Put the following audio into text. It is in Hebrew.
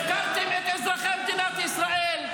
הפקרתם את אזרחי מדינת ישראל.